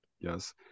yes